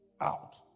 out